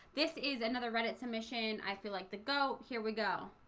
this is another reddit submission i feel like the go. here we go